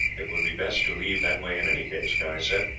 it would be best to leave that way in any case, guy said,